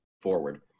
forward